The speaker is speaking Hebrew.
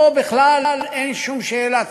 בכלל אין שום שאלה,